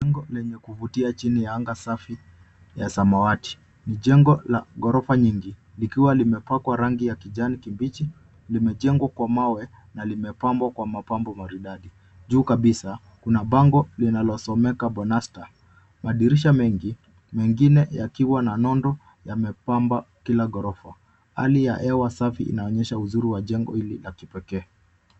Jengo lenye kuvutia chini ya anga safi ya samawati. Ni jengo la gorofa nyingi likiwa limepakwa rangi ya kijani kibichi limejengwa kwa mawe na limepambwa kwa mapambo maridadi. Juu kabisa kuna bango linalosomeka Bonasta. Madirisha mengi mengine yakiwa na nondo yamepamba kila ghorofa. Hali ya hewa safi inaonyesha uzuri wa jengo hili la kipekee.